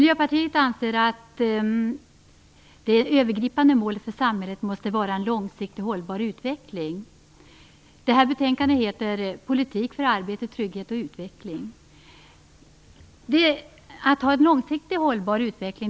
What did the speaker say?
Fru talman! Detta betänkande heter En politik för arbete, trygghet och utveckling. Miljöpartiet anser att det övergripande målet för samhället måste vara en långsiktigt hållbar utveckling.